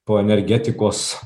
po energetikos